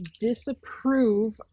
disapprove